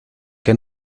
qué